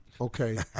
Okay